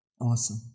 Awesome